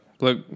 Look